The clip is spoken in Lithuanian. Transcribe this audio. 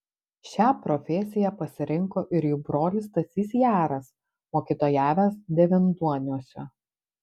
šią profesiją pasirinko ir jų brolis stasys jaras mokytojavęs devynduoniuose